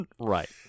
Right